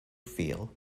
feel